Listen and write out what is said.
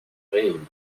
réélu